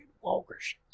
walkers